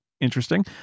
interesting